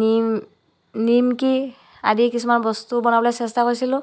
নিম নিমকি আদি কিছুমান বস্তু বনাবলৈ চেষ্টা কৰিছিলোঁ